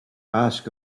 ask